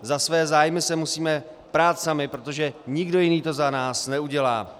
Za své zájmy se musíme prát sami, protože nikdo jiný to za nás neudělá.